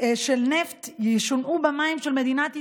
של נפט ישונעו במים של מדינת ישראל,